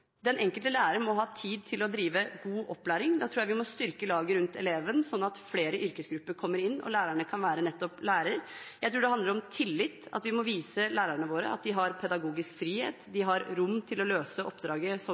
Den enkelte lærer må ha tid til å drive god opplæring. Da tror jeg vi må styrke laget rundt eleven, sånn at flere yrkesgrupper kommer inn og lærerne kan være nettopp lærere. Jeg tror det handler om tillit, at vi må vise lærerne våre at de har pedagogisk frihet, at de har rom til å løse oppdraget